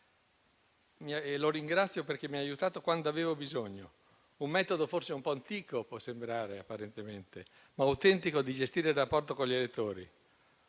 lo ringrazio perché mi ha aiutato quando avevo bisogno. Può sembrare un metodo forse un po' antico, apparentemente, ma autentico, di gestire il rapporto con gli elettori.